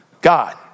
God